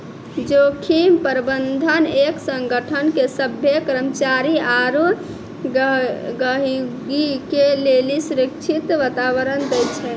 जोखिम प्रबंधन एक संगठन के सभ्भे कर्मचारी आरू गहीगी के लेली सुरक्षित वातावरण दै छै